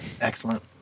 excellent